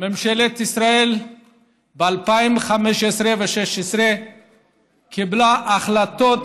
ממשלת ישראל ב-2015 וב-2016 קיבלה החלטות